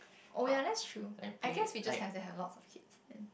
oh ya that's true I guess we just have to have lot of kids like that